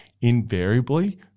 invariably